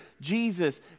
Jesus